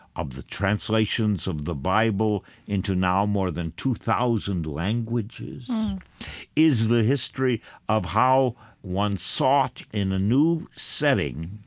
of the translations of the bible into now more than two thousand languages is the history of how one sought, in a new setting,